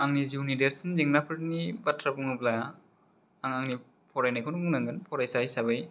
आंनि जिउनि देरसिन जेंनाफोरनि बाथ्रा बुङोब्ला आं आंनि फरायनायखौनो बुंनांगोन फरायसा हिसाबै